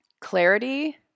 clarity